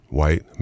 white